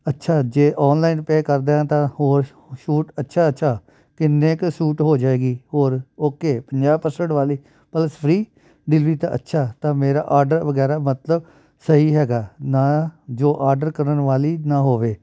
ਅੱਛਾ ਜੇ online pay ਕਰਦਾ ਤਾਂ ਹੋਰ ਛੂਟ ਅੱਛਾ ਅੱਛਾ ਕਿੰਨੇ ਕੁ ਛੂਟ ਹੋ ਜਾਵੇਗੀ ਹੋਰ ਓਕੇ ਪੰਜਾਹ ਪ੍ਰਸੈਂਟ ਵਾਲੀ ਪਲਸ ਫਰੀ ਡਿਲਵਰੀ ਤਾਂ ਅੱਛਾ ਤਾਂ ਮੇਰਾ ਆਡਰ ਵਗੈਰਾ ਮਤਲਬ ਸਹੀ ਹੈਗਾ ਨਾ ਜੋ ਆਡਰ ਕਰਨ ਵਾਲੀ ਨਾ ਹੋਵੇ